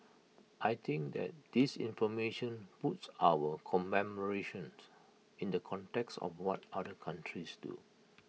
I think that this information puts our commemorations in the context of what other countries do